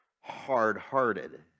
hard-hearted